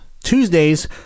Tuesdays